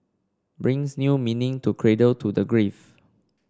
brings new meaning to cradle to the grave